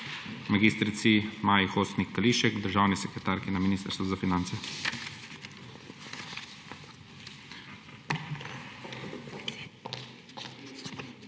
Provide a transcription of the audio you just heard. mag. Maji Hostnik Kališek, državni sekretarki na Ministrstvu za finance.